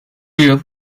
yıl